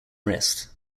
wrist